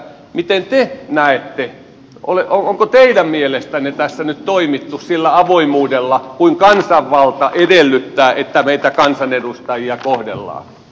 miten te näette onko teidän mielestänne tässä nyt toimittu sillä avoimuudella kuin kansanvalta edellyttää että meitä kansanedustajia kohdellaan